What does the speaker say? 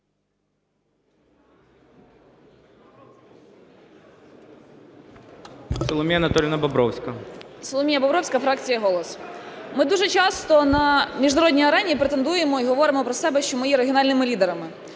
Соломія Анатоліївна Бобровська. 10:52:29 БОБРОВСЬКА С.А. Соломія Бобровська, фракція "Голос". Ми дуже часто на міжнародній арені претендуємо і говоримо про себе, що ми є регіональними лідерами.